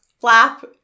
Flap